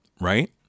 Right